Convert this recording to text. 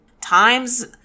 Times